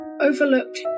overlooked